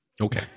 Okay